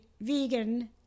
vegan